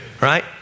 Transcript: Right